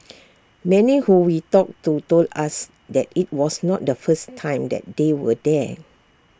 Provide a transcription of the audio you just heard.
many who we talked to told us that IT was not the first time that they were there